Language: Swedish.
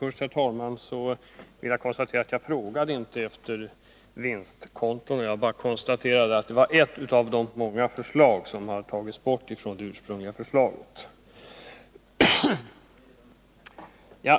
Herr talman! Först vill jag konstatera att jag inte frågade hur det förhöll sig med vinstkonton. Jag bara konstaterade att avsättning till vinstkonto är ett av de många förslag som tagits bort från de ursprungliga förslagen.